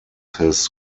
his